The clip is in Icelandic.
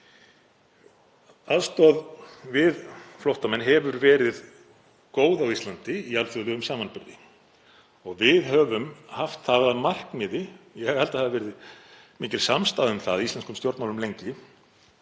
Aðstoð við flóttamenn hefur verið góð á Íslandi í alþjóðlegum samanburði og við höfum haft það að markmiði, ég held að lengi hafi verið mikil samstaða um það í íslenskum stjórnmálum,